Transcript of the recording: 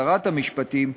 שרת המשפטים,